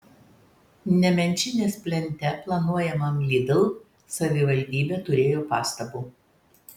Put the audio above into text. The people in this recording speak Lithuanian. nemenčinės plente planuojamam lidl savivaldybė turėjo pastabų